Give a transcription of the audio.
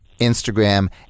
Instagram